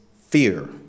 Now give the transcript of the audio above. fear